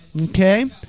Okay